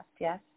yes